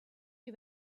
you